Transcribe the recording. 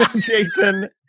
Jason